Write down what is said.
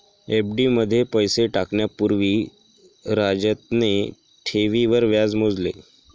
FD मध्ये पैसे टाकण्या पूर्वी राजतने ठेवींवर व्याज मोजले